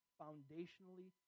foundationally